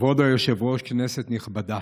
כבוד היושב-ראש, כנסת נכבדה,